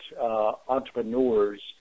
entrepreneurs